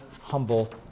humble